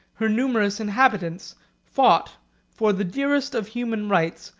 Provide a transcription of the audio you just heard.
her numerous inhabitants fought for the dearest of human rights,